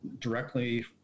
directly